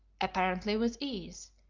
apparently with ease,